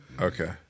Okay